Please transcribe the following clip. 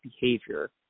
behavior